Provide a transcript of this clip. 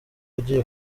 agiye